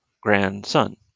grandson